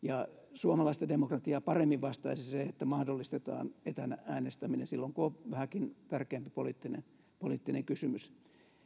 suomalaista demokratiaa vastaisi paremmin se että mahdollistetaan etänä äänestäminen silloin kun on vähänkin tärkeämpi poliittinen poliittinen kysymys